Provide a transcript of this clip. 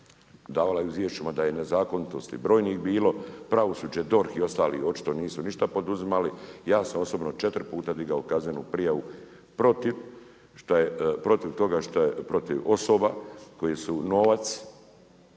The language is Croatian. da je nezakonitosti brojnih bilo. Pravosuđe, DORH i ostali očito nisu ništa poduzimali. Ja sam osobno četiri puta digao kaznenu prijavu protiv toga šta je, protiv osoba koje su novac